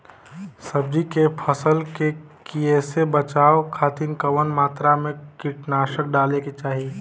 सब्जी के फसल के कियेसे बचाव खातिन कवन मात्रा में कीटनाशक डाले के चाही?